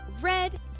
red